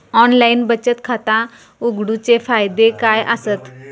Online बचत खाता उघडूचे फायदे काय आसत?